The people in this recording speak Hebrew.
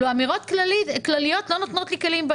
אמירות כלליות לא נותנים לי כלים,